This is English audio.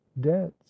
debts